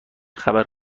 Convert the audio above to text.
خبر